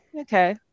Okay